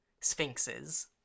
sphinxes